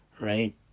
right